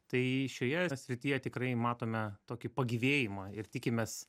tai šioje srityje tikrai matome tokį pagyvėjimą ir tikimės